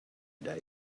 day